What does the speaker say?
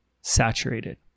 saturated